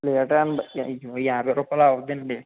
litre ఎనభై అవి యాభై రూపాయలకి అవ్వదండి